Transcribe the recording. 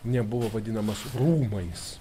nebuvo vadinamas rūmais